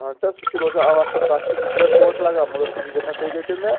اہن سا سُہ روزان اَصٕل تَتھ چھِ زٕ ترٛےٚ کوٹ لگان مگر سُہ چھُ گژھان تُہۍ دٔپۍتو مےٚ